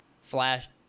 flash